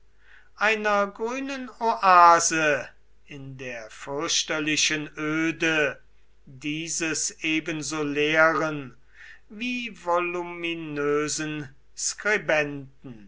einer grünen oase in der fürchterlichen öde dieses ebenso leeren wie voluminösen